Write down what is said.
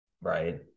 right